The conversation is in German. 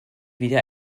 wieder